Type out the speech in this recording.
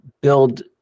build